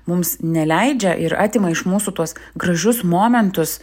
mums neleidžia ir atima iš mūsų tuos gražius momentus